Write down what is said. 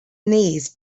knees